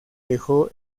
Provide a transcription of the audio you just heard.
dejó